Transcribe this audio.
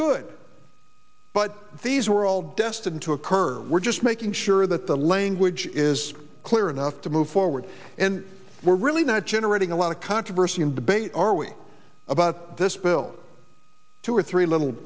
good but these are all destined to occur we're just making sure that the language is clear enough to move forward and we're really not generating a lot of controversy and debate are we about this bill two or three little